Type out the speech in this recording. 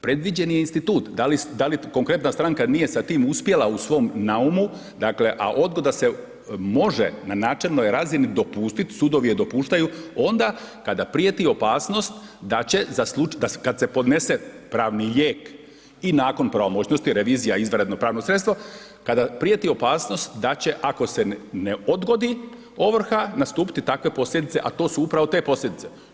Predviđen je institut, da li konkretna stranka nije sa time uspjela u svome naumu, dakle a odgoda se može na načelnoj razini dopustiti, sudovi je dopuštaju onda kada prijeti opasnost da će, za slučaj, kada se podnese pravni lijek i nakon pravomoćnosti revizija izvanredno pravno sredstvo, kada prijeti opasnost da će ako se ne odgodi ovrha nastupiti takve posljedice a to su upravo te posljedice.